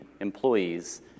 employees